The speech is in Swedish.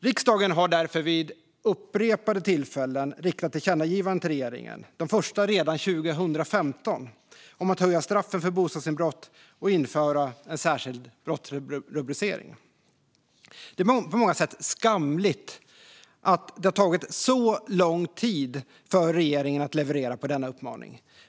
Riksdagen har därför vid upprepade tillfällen riktat tillkännagivanden till regeringen, de första redan 2015, om att höja straffen för bostadsinbrott och införa en särskild brottsrubricering. Det är på många sätt skamligt att det har tagit så lång tid för regeringen att leverera på denna uppmaning.